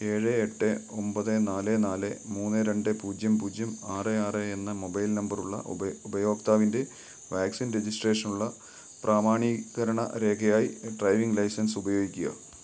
ഏഴ് എട്ട് ഒൻപത് നാല് നാല് മൂന്ന് രണ്ട് പൂജ്യം പൂജ്യം ആറ് ആറ് എന്ന മൊബൈൽ നമ്പറുള്ള ഉപയോക്താവിൻ്റെ വാക്സിൻ രജിസ്ട്രേഷനുള്ള പ്രാമാണീകരണ രേഖയായി ഡ്രൈവിംഗ് ലൈസൻസ് ഉപയോഗിക്കുക